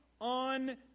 on